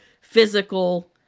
physical